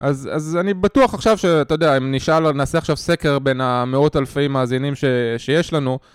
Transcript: אז אני בטוח עכשיו, שאתה יודע, אם נשאל, נעשה עכשיו סקר בין המאות אלפים האזינים שיש לנו.